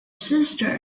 sister